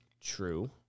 true